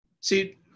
See